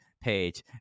page